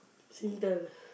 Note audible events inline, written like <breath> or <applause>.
Singtel <breath>